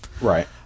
Right